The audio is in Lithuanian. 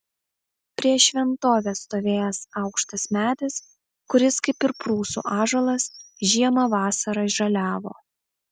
prieš šventovę stovėjęs aukštas medis kuris kaip ir prūsų ąžuolas žiemą vasarą žaliavo